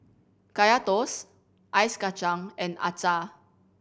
Kaya Toast Ice Kachang and acar